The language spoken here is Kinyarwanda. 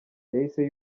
yahise